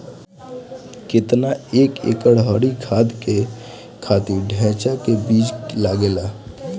केतना एक एकड़ हरी खाद के खातिर ढैचा के बीज लागेला?